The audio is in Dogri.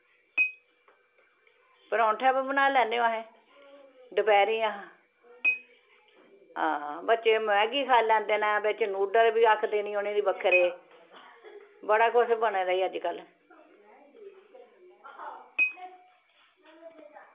परौंठा बी बनाई लैन्ने ओ अस दपैह्रीं अस हां बच्चे मैगी खाई लैंदे न बिच्च न्यूडल बी आखदे न उनेंगी बक्खरे बड़ा किश बने दा ऐ अजकल्ल